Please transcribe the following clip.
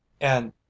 And